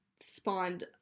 spawned